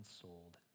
sold